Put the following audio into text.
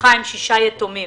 משפחה עם שישה יתומים.